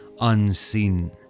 unseen